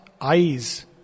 eyes